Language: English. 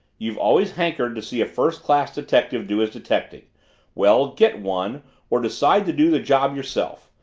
you've always hankered to see a first-class detective do his detecting well, get one or decide to do the job yourself.